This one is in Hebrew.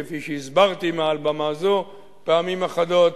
כפי שהסברתי מעל במה זו פעמים אחדות,